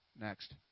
Next